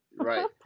Right